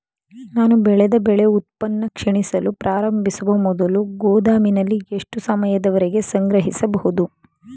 ನಾನು ಬೆಳೆದ ಬೆಳೆ ಉತ್ಪನ್ನ ಕ್ಷೀಣಿಸಲು ಪ್ರಾರಂಭಿಸುವ ಮೊದಲು ಗೋದಾಮಿನಲ್ಲಿ ಎಷ್ಟು ಸಮಯದವರೆಗೆ ಸಂಗ್ರಹಿಸಬಹುದು?